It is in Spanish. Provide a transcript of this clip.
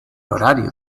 horario